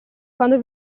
quando